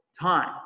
time